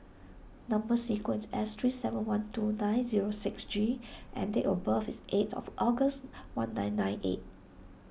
Number Sequence is S three seven one two nine zero six G and date of birth is eight of August one nine nine eight